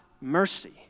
mercy